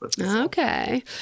Okay